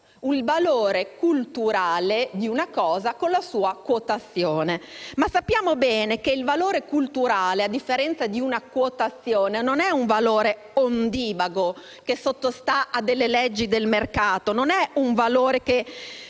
il valore culturale di una cosa con la sua quotazione, ma sappiamo bene che il valore culturale, a differenza di una quotazione, non è un valore ondivago che sottostà alle leggi del mercato, né un valore che